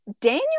Daniel